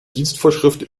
dienstvorschrift